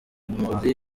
muri